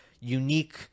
unique